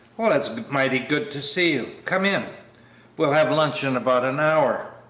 well, it's mighty good to see you come in we'll have lunch in about an hour.